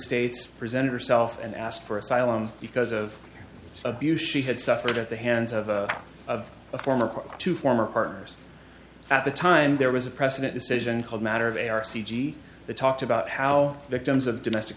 states presented herself and asked for asylum because of abuse she had suffered at the hands of a of a former two former partners at the time there was a precedent decision called matter of a r c g they talked about how victims of domestic